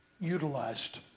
utilized